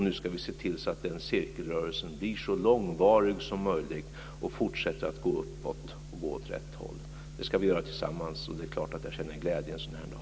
Nu ska vi se till att den cirkelrörelsen blir så långvarig som möjligt och att den fortsätter att gå uppåt och åt rätt håll. Det ska vi göra tillsammans. Det är klart att jag känner glädje en sådan här dag.